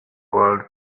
world